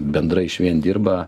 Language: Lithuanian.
bendrai išvien dirba